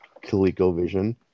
ColecoVision